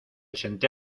senté